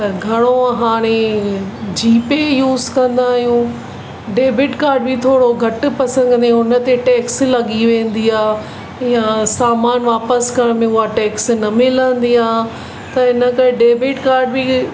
त घणो हाणे जीपे यूस कंदा आहियूं डेबिट कार्ड बि थोरो घटि पसंदि कंदा आहियूं हुन ते टैक्स लॻी वेंदी या सामान वापसि करण में उहा टैक्स न मिलंदी आहे त हिन करे डेबिड कार्ड बि